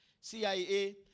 CIA